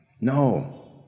no